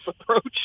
approach